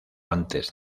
antes